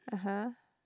(uh huh)